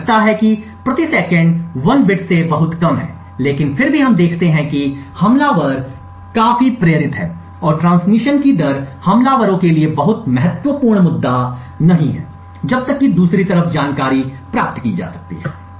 ऐसा लगता है कि प्रति सेकंड 1 बिट से बहुत कम है लेकिन फिर भी हम देखते हैं कि हमलावर काफी प्रेरित हैं और ट्रांसमिशन की दर हमलावरों के लिए बहुत महत्वपूर्ण मुद्दा नहीं है जब तक कि दूसरी तरफ जानकारी प्राप्त की जा सकती है